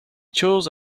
chose